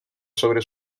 sobre